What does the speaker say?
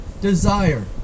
desire